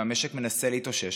והמשק מנסה להתאושש.